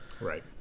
Right